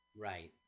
Right